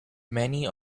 many